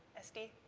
sd,